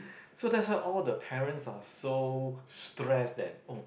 so that's why all the parents are so stressed that oh